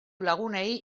lagunei